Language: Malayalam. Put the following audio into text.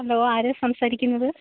ഹലോ ആരാ സംസാരിക്കുന്നത്